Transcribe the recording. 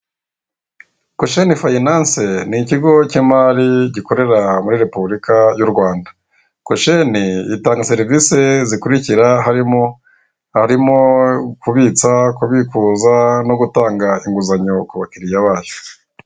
Gosheni Fayinanse ni ikigo cy'imari gikorera muri repubulika y'u Rwanda, Gosheni itanga serivisi zikurikira harimo kubitsa, kubikura no gutanga inguzanyo ku bakiriya babo.